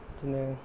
बिदिनो